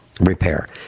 Repair